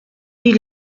die